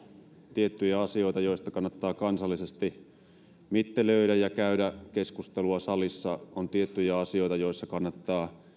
tiettyjä asioita joista kannattaa kansallisesti mittelöidä ja käydä keskustelua salissa ja on tiettyjä asioita joissa kannattaa